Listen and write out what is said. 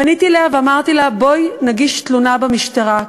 פניתי אליה ואמרתי לה: בואי נגיש תלונה במשטרה.